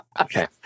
Okay